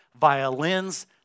violins